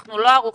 אנחנו לא ערוכים?